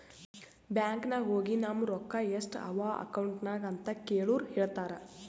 bank ನಾಗ್ ಹೋಗಿ ನಮ್ ರೊಕ್ಕಾ ಎಸ್ಟ್ ಅವಾ ಅಕೌಂಟ್ನಾಗ್ ಅಂತ್ ಕೇಳುರ್ ಹೇಳ್ತಾರ್